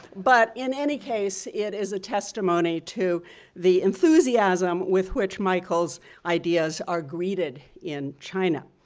but in any case, it is a testimony to the enthusiasm with which michael's ideas are greeted in china.